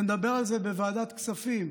נדבר על זה בוועדת הכספים.